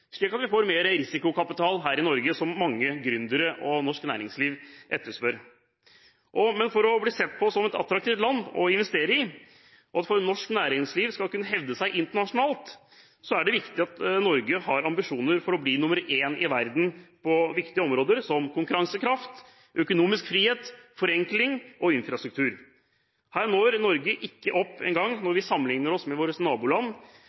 slik at vi får mer risikokapital i Norge, som mange gründere og norsk næringsliv etterspør. Men for å bli sett på som et attraktivt land å investere i og for at norsk næringsliv skal kunne hevde seg internasjonalt, er det viktig at Norge har ambisjoner om å bli nr. 1 i verden på viktige områder som konkurransekraft, økonomisk frihet, forskning og infrastruktur. Her når Norge ikke engang opp når vi sammenligner oss med våre naboland.